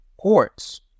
courts